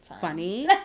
Funny